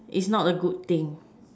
is not a good thing